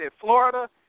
Florida